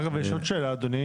אגב, יש עוד שאלה אדוני.